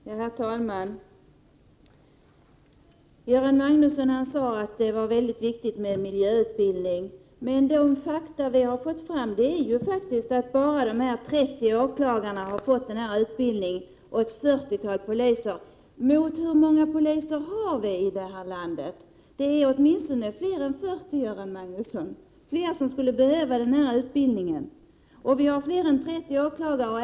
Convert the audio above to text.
Herr talman! Göran Magnusson sade att det var väldigt viktigt med miljöutbildning. De fakta som vi har fått fram visar att bara 30 åklagare och ett 40-tal polismän har fått denna utbildning. Hur många poliser har vi i det här landet? Det är åtminstone fler är 40, Göran Magnusson, och fler skulle behöva den här utbildningen. Vi har fler än 30 åklagare.